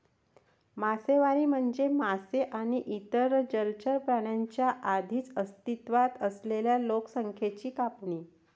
मासेमारी म्हणजे मासे आणि इतर जलचर प्राण्यांच्या आधीच अस्तित्वात असलेल्या लोकसंख्येची कापणी